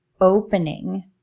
opening